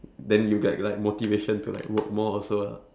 then you get like motivation to like work more also lah